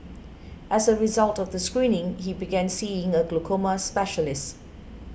as a result of the screening he began seeing a glaucoma specialist